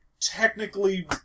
technically